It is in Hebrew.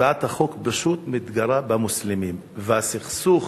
הצעת החוק פשוט מתגרה במוסלמים, והסכסוך